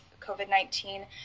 COVID-19